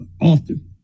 often